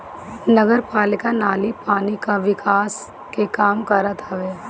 नगरपालिका नाली पानी कअ निकास के काम करत हवे